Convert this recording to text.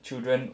children